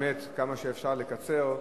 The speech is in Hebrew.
באמת כמה שאפשר לקצר,